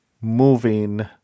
moving